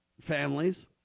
families